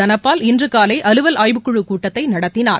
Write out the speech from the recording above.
தனபால் இன்று காலை அலுவல் ஆய்வுக்குழுக் கூட்டத்தை நடத்தினார்